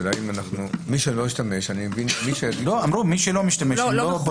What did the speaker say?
--- הם פוטרים אותו.